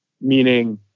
meaning